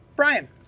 Brian